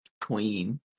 queen